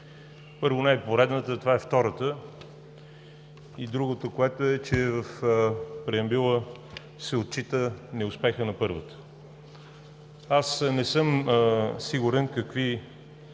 Първо, не е поредната, това е втората. И другото, което е – че в преамбюла се отчита неуспехът на първата. Аз не съм сигурен какви